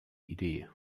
idee